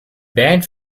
band